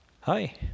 Hi